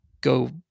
go